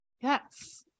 yes